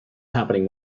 happening